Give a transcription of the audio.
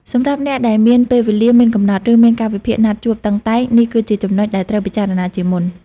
សម្រាប់អ្នកដែលមានពេលវេលាមានកំណត់ ឬមានកាលវិភាគណាត់ជួបតឹងតែង នេះគឺជាចំណុចដែលត្រូវពិចារណាជាមុន។